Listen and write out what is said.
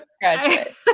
graduate